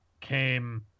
came